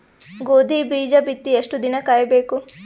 ಗೋಧಿ ಬೀಜ ಬಿತ್ತಿ ಎಷ್ಟು ದಿನ ಕಾಯಿಬೇಕು?